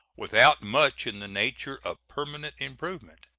without much in the nature of permanent improvement.